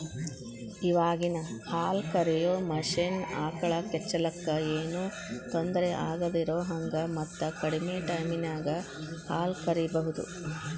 ಇವಾಗಿನ ಹಾಲ ಕರಿಯೋ ಮಷೇನ್ ಆಕಳ ಕೆಚ್ಚಲಕ್ಕ ಏನೋ ತೊಂದರೆ ಆಗದಿರೋಹಂಗ ಮತ್ತ ಕಡಿಮೆ ಟೈಮಿನ್ಯಾಗ ಹಾಲ್ ಕರಿಬಹುದು